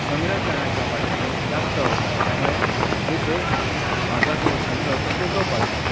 संग्रह करण्याच्या पाठीमागे जास्त होता त्यामुळे मी ते माझा जो छंद होता तो जोपासला